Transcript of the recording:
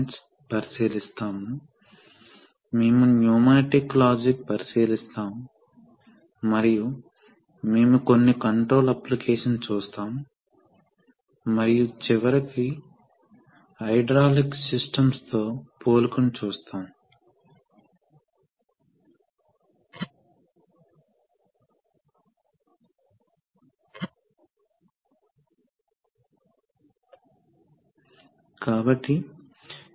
గత రెండు ఉపన్యాసాలలో మనము వివిధ హైడ్రాలిక్ సిస్టమ్ భాగాలను చూశాము ఈ ఉపన్యాసంలో వివిధ రకాల ఇండస్ట్రియల్ అప్లికేషన్స్ కోసం హైడ్రాలిక్ సర్క్యూట్లను రూపొందించడానికి అవి ఎలా కలిసిపోతాయో చూద్దాం ఇది చాలా ఆసక్తికరంగా ఉంటుంది